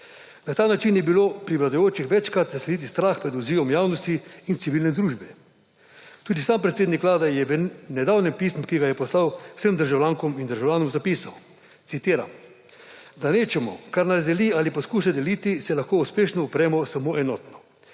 Na ta način je bilo pri vladajočih večkrat zaslediti strah pred odzivom javnosti in civilne družbe. Tudi sam predsednik vlade je v nedavnem pismu, ki ga je poslal vsem državljankam in državljanom, zapisal, citiram: »Da rečemo, kar nas deli ali poskuša deliti, se lahko uspešno upremo samo enotno.